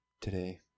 Today